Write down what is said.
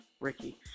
Ricky